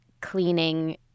cleaning